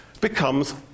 becomes